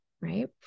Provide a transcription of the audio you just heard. right